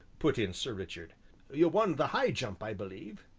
put in sir richard you won the high jump, i believe?